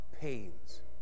pains